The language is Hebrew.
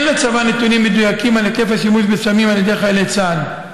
אין לצבא נתונים מדויקים על היקף השימוש בסמים על ידי חיילי צה"ל.